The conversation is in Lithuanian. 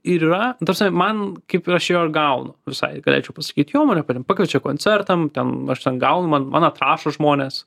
ir yra nu ta prasme man kaip ir aš jo ir gaunu visai galėčiau pasakyt jo mane pakviečia koncertam ten aš ten gaunu man man atrašo žmonės